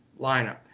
lineup